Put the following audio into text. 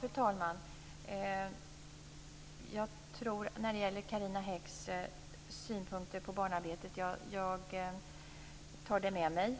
Fru talman! När det gäller Carina Häggs synpunkter på barnarbete tar jag dem med mig.